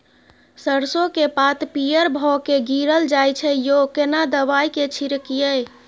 सरसो के पात पीयर भ के गीरल जाय छै यो केना दवाई के छिड़कीयई?